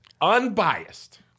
unbiased